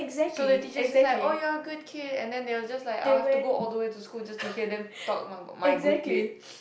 so the teachers just like oh you're a good kid and then they will just like I'll have to go all the way to school just to hear them talk my my good kid